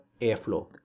airflow